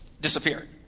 disappeared